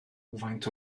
faint